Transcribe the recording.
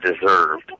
deserved